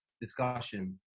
discussion